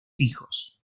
hijos